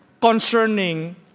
concerning